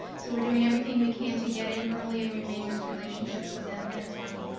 so, we're doing everything we can to get in early and remain those relationships with them, and it's working.